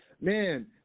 man